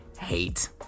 hate